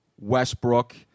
Westbrook